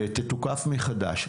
ותתוקף מחדש.